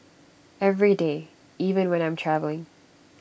every day even when I'm travelling